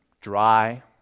dry